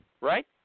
right